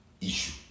issue